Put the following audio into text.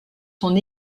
son